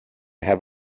have